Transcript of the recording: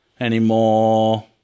anymore